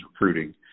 recruiting